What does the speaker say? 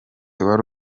wari